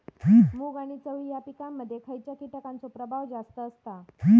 मूग आणि चवळी या पिकांमध्ये खैयच्या कीटकांचो प्रभाव जास्त असता?